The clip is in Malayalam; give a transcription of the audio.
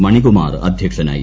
മണികുമാർ അദ്ധ്യക്ഷനായി